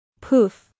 Poof